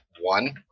one